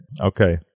Okay